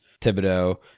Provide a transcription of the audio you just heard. Thibodeau